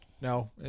No